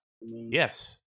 Yes